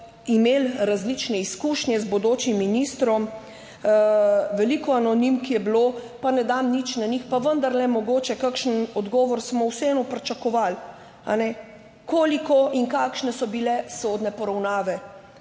imeli različne izkušnje z bodočim ministrom, veliko anonimk je bilo, pa ne dam nič na njih, pa vendarle mogoče kakšen odgovor smo vseeno pričakovali. Koliko in kakšne so bile sodne poravnave?